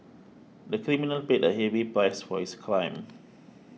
the criminal paid a heavy price for his crime